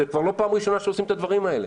זאת לא פעם ראשונה שעושים את הדברים האלה.